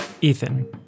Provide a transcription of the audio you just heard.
Ethan